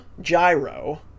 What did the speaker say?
gyro